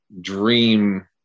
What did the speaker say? dream